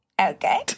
okay